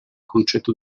concetto